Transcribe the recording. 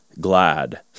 glad